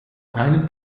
einen